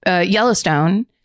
Yellowstone